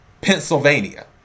Pennsylvania